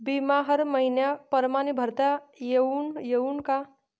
बिमा हर मइन्या परमाने भरता येऊन का?